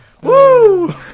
Woo